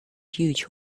huge